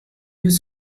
mieux